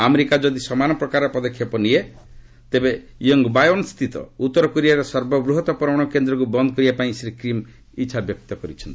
America ଯଦି ସମାନ ପ୍ରକାର ପଦକ୍ଷେପ ନିଏ ତେବେ ୟୋଙ୍ଗ୍ବାୟୋନ୍ସ୍ଥିତ ଉତ୍ତର କୋରିଆର ସର୍ବବୃହତ୍ ପରମାଣୁ କେନ୍ଦ୍ରକୁ ବନ୍ଦ୍ କରିବାପାଇଁ ଶ୍ରୀ କିମ୍ ଇଚ୍ଛାବ୍ୟକ୍ତ କରିଛନ୍ତି